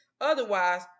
otherwise